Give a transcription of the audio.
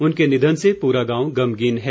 उनके निधन से पूरा गांव गमगीन है